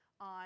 on